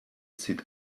zieht